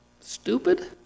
stupid